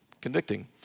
convicting